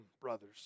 brothers